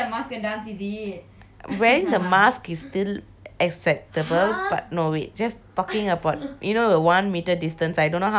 wearing the mask is still acceptable but no wait just talking about you know the one metre distance I don't know how are we going to dance in one metre